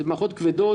אלה מערכות כבדות.